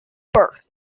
burke